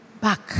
back